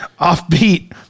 Offbeat